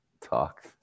talk